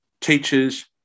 teachers